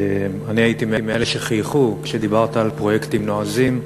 אני הייתי מאלה שחייכו כשדיברת על פרויקטים נועזים,